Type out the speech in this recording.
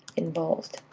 involved.